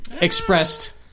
expressed